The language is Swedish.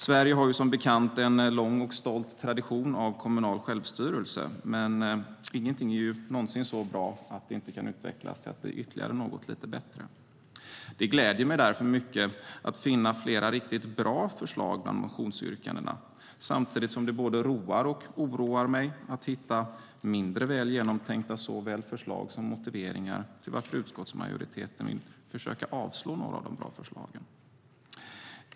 Sverige har som bekant en lång och stolt tradition av kommunal självstyrelse, men ingenting är någonsin så bra att det inte kan utvecklas till att bli ytterligare något lite bättre. Det gläder mig därför mycket att finna flera riktigt bra förslag bland motionsyrkandena, samtidigt som det både roar och oroar mig att hitta mindre väl genomtänkta såväl förslag som motiveringar till varför utskottsmajoriteten vill försöka avslå några av de bra förslagen.